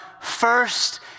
first